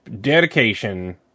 Dedication